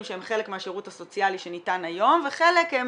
שהם חלק מהשירות הסוציאלי שניתן היום וחלק הם